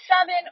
seven